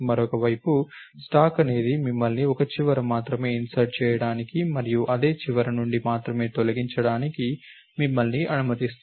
మరోవైపు స్టాక్ అనేది మిమ్మల్ని ఒక చివర మాత్రమే ఇన్సర్ట్ చేయడానికి మరియు అదే చివర నుండి మాత్రమే తొలగించడానికి మిమ్మల్ని అనుమతిస్తుంది